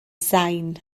sain